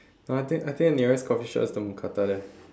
no I think I think the nearest coffee shop is the mookata there